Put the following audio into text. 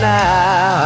now